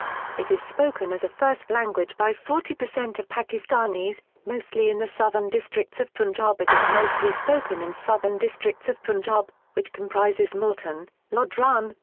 it is spoken as a first language by forty percent of pakistanis, mostly in the southern districts of punjab it is mostly spoken in southern districts of punjab which comprises multan, lodhran,